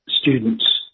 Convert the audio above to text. students